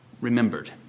remembered